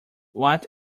what